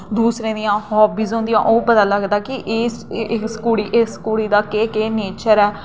दूएं दियां हाबियां होंदियां ओह् पता लगदा कि इस इस कुड़ी इस कुड़ी दा केह् केह् नेचर ऐ